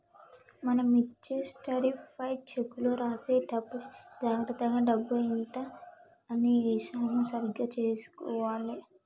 మనం ఇచ్చే సర్టిఫైడ్ చెక్కులో రాసేటప్పుడే జాగర్తగా డబ్బు ఎంత అని ఏశామో సరిగ్గా చుసుకోవాలే